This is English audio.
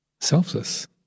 selfless